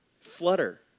Flutter